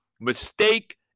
Mistake